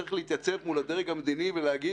צריך להתייצב מול הדרג המדיני ולהגיד